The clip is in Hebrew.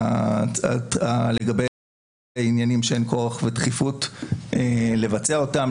ולגבי העניינים שהם כורח ודחיפות לבצע אותם,